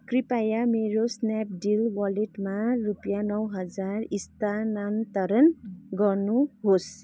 कृपया मेरो स्न्यापडिल वालेटमा रुपियाँ नौ हजार स्थानान्तरण गर्नुहोस्